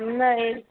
ഇന്ന് ഏ